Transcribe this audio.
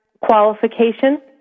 qualification